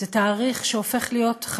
זה תאריך שהופך להיות חשוב